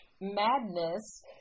Madness